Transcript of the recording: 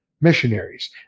missionaries